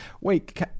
wait